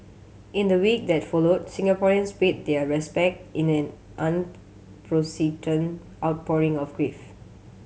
in the week that followed Singaporeans paid their respect in an unprecedented outpouring of grief